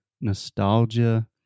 nostalgia